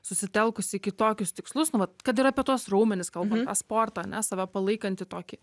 susitelkus į kitokius tikslus nu vat kad ir apie tuos raumenis kalbant ar sportą ar ne save palaikanti tokį